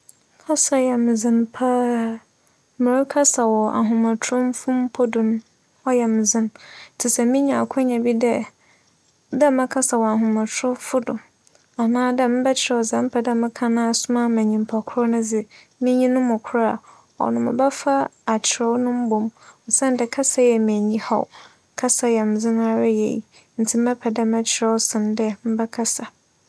Kasa yɛ me dzen paa. Merekasa wͻ ahomatromfo mpo do no, ͻyɛ me dzen ntsi sɛ menya akwanya bi dɛ mebɛkasa wͻ ahomatromfo do anaa dɛ mebɛkyerɛw dza mepɛ dɛ meka no asoma ama nyimpa kor no dze minyi no mu kor a, ͻno mebɛfa akyerɛw no mbom osiandɛ kasa yɛ me enyihaw, kasa yɛ me dzen ara yie ntsi mebɛpɛ dɛ mebɛkyerɛw sen dɛ mebɛkasa.